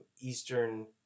Eastern